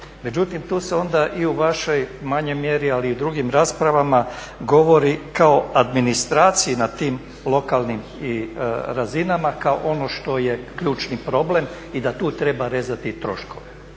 Međutim, tu se onda i u vašoj manjoj mjeri, ali i drugim raspravama govori kao administraciji na tim lokalnim razinama kao ono što je ključni problem i da tu treba rezati troškove.